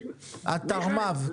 התרמ"ו.